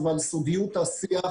על סדר-היום: